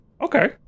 Okay